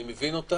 ואני מבין אותן,